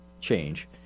change